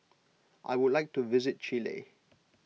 I would like to visit Chile